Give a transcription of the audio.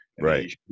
Right